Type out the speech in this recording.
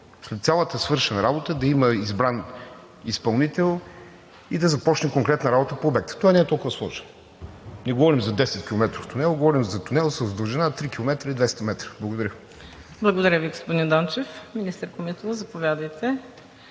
след цялата извършена работа да има избран изпълнител и да започне конкретна работа по обекта? Той не е толкова сложен. Не говорим за 10-километров тунел, а за тунел с дължина 3 км и 200 м. Благодаря.